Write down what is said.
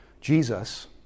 Jesus